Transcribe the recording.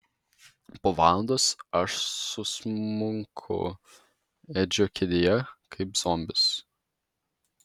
po valandos aš susmunku edžio kėdėje kaip zombis